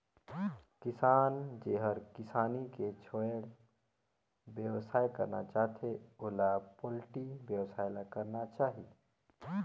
किसान जेहर किसानी के छोयड़ बेवसाय करना चाहथे त ओला पोल्टी बेवसाय ल करना चाही